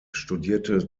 studierte